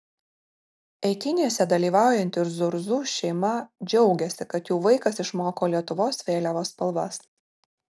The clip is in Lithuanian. eitynėse dalyvaujanti zurzų šeima džiaugiasi kad jų vaikas išmoko lietuvos vėliavos spalvas